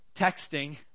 texting